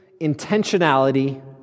intentionality